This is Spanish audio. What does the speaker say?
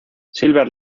silver